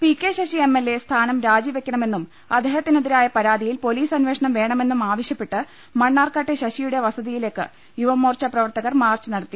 P K Shashi M L A സ്ഥാനം രാജിവെക്കണമെന്നും അദ്ദേഹത്തിനെതിരായ പരാതിയിൽ പൊലീസ് അന്വേഷണം വേണമെന്നും ആവശ്യപ്പെട്ട് മണ്ണാർക്കാട്ടെ ശശിയുടെ വസതി യിലേക്ക് യുവമോർച്ചാ പ്രവർത്തകർ മാർച്ച് നടത്തി